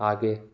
आगे